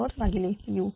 हा R